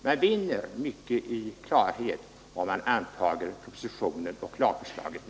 Man vinner mycket i klarhet om man antar propositionen och lagförslaget nu.